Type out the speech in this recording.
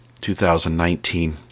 2019